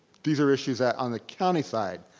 these are issues that on the county side.